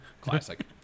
Classic